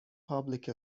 public